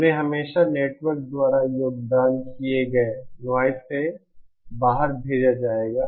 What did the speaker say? उन्हें हमेशा नेटवर्क द्वारा योगदान किए गए नॉइज़ से बाहर भेजा जाएगा